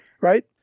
right